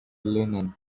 linen